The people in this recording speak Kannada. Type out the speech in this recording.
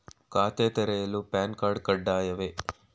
ಖಾತೆ ತೆರೆಯಲು ಪ್ಯಾನ್ ಕಾರ್ಡ್ ಕಡ್ಡಾಯವೇ?